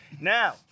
Now